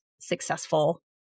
successful